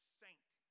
saint